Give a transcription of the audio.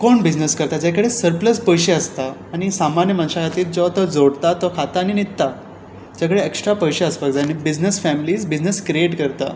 कोण बिजनस करता ज्या कडेन सर्प्लस पयशे आसता आनी सामान्य मनशा खातीर जो तो जोडता तो खाता आनी न्हिदता तुज्या कडेन एक्स्ट्रा पयशे आसपाक जाय आनी बिजनस फॅम्लीज बिजनस क्रियेट करता